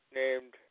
named